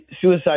Suicide